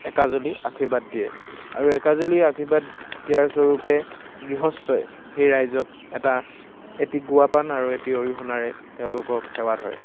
একাঁজলি আশীৰ্বাদ দিয়ে আৰু একাঁজলি আশীৰ্বাদ দিয়াৰ স্বৰূপে গৃহস্থই সেই ৰাইজক এটা এটি গুৱা পাণ আৰু এটি অৰিহণাৰে তেওঁলোকক সেৱা ধৰে